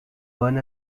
one